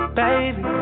baby